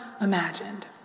imagined